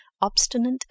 obstinate